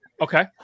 Okay